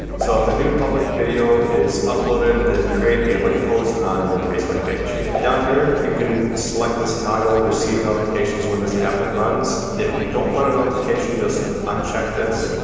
so if a new public video is uploaded, then create a link post on your facebook page. down here you can select this toggle, and receive notifications when this and applet runs. if you don't want a notification, just uncheck this.